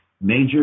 major